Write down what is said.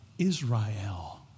Israel